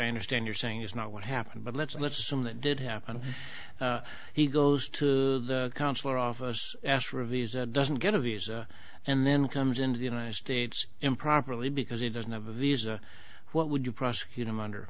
i understand you're saying is not what happened but let's assume that did happen he goes to consular office ask for a visa doesn't get a visa and then comes into the united states improperly because he doesn't have a visa what would you prosecute him under